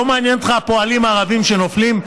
לא מעניין אותך הפועלים הערבים שנופלים?